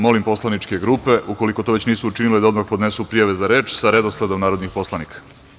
Molim poslaničke grupe, u koliko to već nisu učinile, da odmah podnesu prijave za reč sa redosledom narodnih poslanika.